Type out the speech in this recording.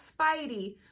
Spidey